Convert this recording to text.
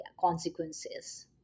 consequences